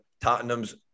Tottenham's